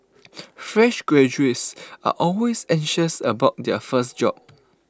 fresh graduates are always anxious about their first job